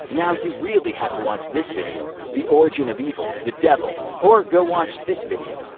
now you really have to watch this video, the origin of evil the devil. or go watch this video,